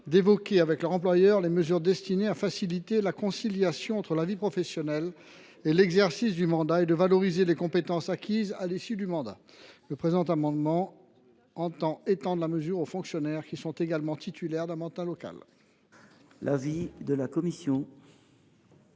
d’évoquer avec leur employeur les mesures destinées à faciliter la conciliation entre vie professionnelle et exercice du mandat et de valoriser les compétences acquises à l’issue de celui ci. Le présent amendement vise à étendre cette mesure aux fonctionnaires titulaires d’un mandat local. Quel est l’avis de la commission